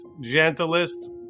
gentlest